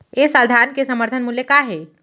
ए साल धान के समर्थन मूल्य का हे?